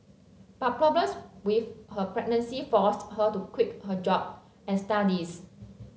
but problems with her pregnancy forced her to quit her job and studies